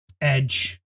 Edge